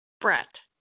Brett